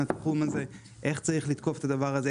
התחום הזה איך צריך לתקוף את הדבר הזה,